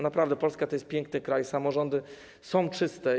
Naprawdę Polska to piękny kraj, samorządy są czyste.